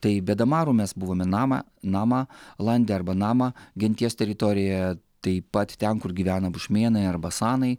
tai be damarų mes buvome nama nama lande arba nama genties teritorijoje taip pat ten kur gyvena bušmėnai arba sanai